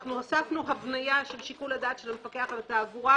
והוספנו הבניה של שיקול הדעת של המפקח על התעבורה,